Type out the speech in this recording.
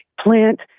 plant